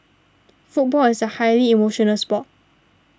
football is a highly emotional sport